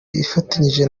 ifatanyije